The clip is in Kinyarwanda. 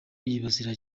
yibasira